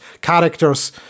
characters